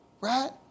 Right